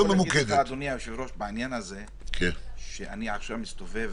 אנחנו סבורים שהשימוש במידע הזה צריך להיות מוגבל